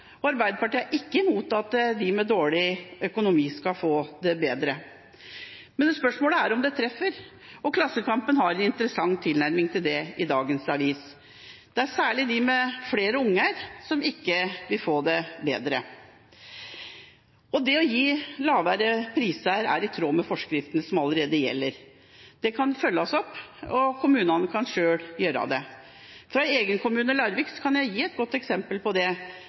Arbeiderpartiet er ikke imot at de med dårlig økonomi skal få det bedre, men spørsmålet er om det treffer. Klassekampen har en interessant tilnærming til det i dagens avis. Det er særlig de med flere unger som ikke vil få det bedre. Det å gi lavere priser er i tråd med forskriftene som allerede gjelder. Det kan følges opp, og kommunene kan selv gjøre det. Fra min egen kommune, Larvik, kan jeg gi et godt eksempel på det.